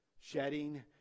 shedding